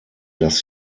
dass